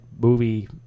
movie